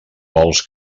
vols